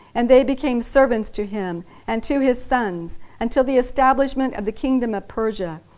and they became servants to him and to his sons until the establishment of the kingdom of persia,